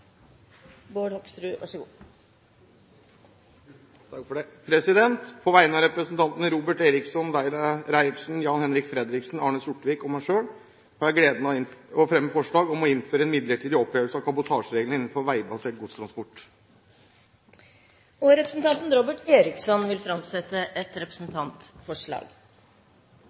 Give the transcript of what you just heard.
Bård Hoksrud vil framsette et representantforslag. På vegne av representantene Robert Eriksson, Laila Marie Reiertsen, Jan-Henrik Fredriksen, Arne Sortevik og meg selv har jeg gleden av å fremme forslag om å innføre en midlertidig opphevelse av kabotasjereglene innenfor veibasert godstransport. Representanten Robert Eriksson vil framsette et representantforslag.